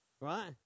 right